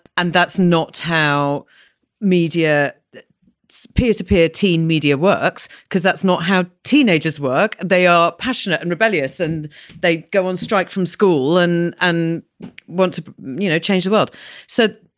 and that's not how media peer-to-peer teen media works, because that's not how. teenagers work, they are passionate and rebellious, and they go on strike from school and and want to you know change the world so